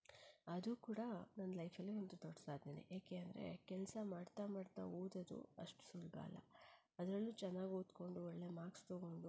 ಅದೂ ಕೂಡ ನನ್ನ ಲೈಫಲ್ಲಿ ಒಂದು ದೊಡ್ಡ ಸಾಧನೆನೇ ಯಾಕೆ ಅಂದರೆ ಕೆಲಸ ಮಾಡ್ತಾ ಮಾಡ್ತಾ ಓದೋದು ಅಷ್ಟು ಸುಲಭ ಅಲ್ಲ ಅದರಲ್ಲೂ ಚೆನ್ನಾಗಿ ಓದಿಕೊಂಡು ಒಳ್ಳೆಯ ಮಾರ್ಕ್ಸ್ ತೊಗೊಂಡು